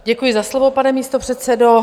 Děkuji za slovo, pane místopředsedo.